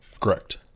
Correct